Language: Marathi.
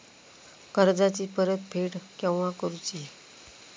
कर्जाची परत फेड केव्हा करुची?